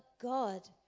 God